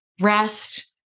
Rest